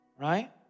right